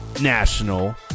national